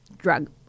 drug